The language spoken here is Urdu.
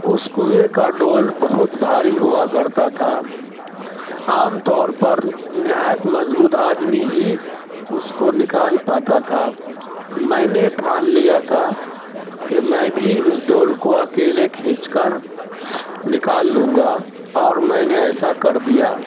اس کنویں کا ڈول بہت بھاری ہوا کرتا تھا عام طور پر نہایت مضبوط آدمی ہی اس کو نکال پاتا تھا میں نے ٹھان لیا تھا کہ میں بھی اس ڈول کو اکیلے کھینچ کر نکال لوں گا اور میں نے ایسا کر دیا